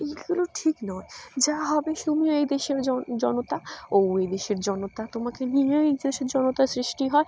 এগুলো ঠিক নয় যা হবে তুমিও এই দেশের জন জনতা ওও এই দেশের জনতা তোমাকে নিয়েও এই দেশের জনতার সৃষ্টি হয়